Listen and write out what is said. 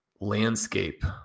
landscape